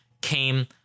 came